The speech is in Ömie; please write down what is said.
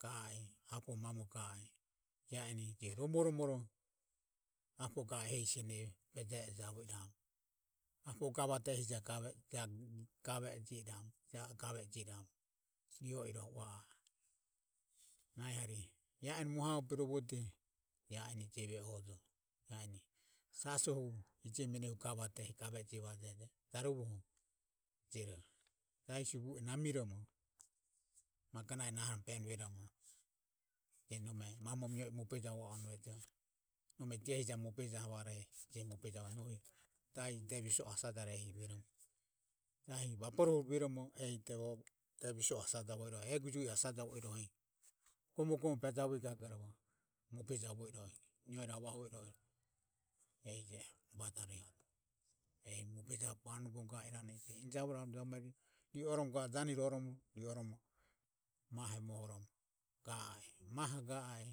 Ga ae apo mamo ga ae eni romo romo javo eramu apo ga a e je hehi sine beje e javoiramu apo gavade je ehi gave e javo iramu rio iroho ua a e nahi hari he ea eni mohavobe rovode ia eni jeve ehojo ea eni saso hiji meno gavade jaruvoho je jahisuve namiromo jero magona nahom berom ruerom mamom nio e mobe javo irane diehi ja mobe javare ehi nome mobe javo irane jahi de viso hasajarehi jahi vaborohu rueromo ehi deviso, egu juhi hasaja horohe gomo gome bejavuego mobejavo irohe neo ravaho irohe ehi joho ua ao enjavo iramugo ga anu janivo rioromo mahe mobejaho iramu ga a e